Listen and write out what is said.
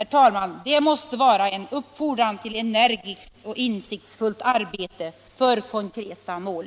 Det måste vara en uppfordran till energiskt och insiktsfullt arbete för konkreta mål.